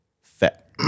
Fat